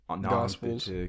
gospels